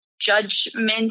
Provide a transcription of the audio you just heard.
judgment